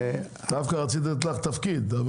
דווקא רציתי לתת לך תפקיד.